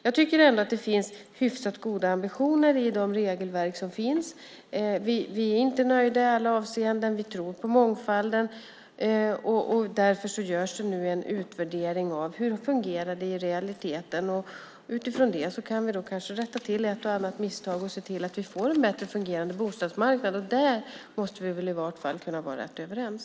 Jag tycker ändå att det finns hyfsat goda ambitioner i de regelverk som finns. Vi är inte nöjda i alla avseenden. Vi tror på mångfalden. Därför görs det nu en utvärdering av hur det fungerar i realiteten. Utifrån det kan vi kanske rätta till ett och annat misstag och se till att vi får en bättre fungerande bostadsmarknad. Där måste vi väl i vart fall kunna vara rätt överens.